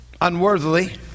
unworthily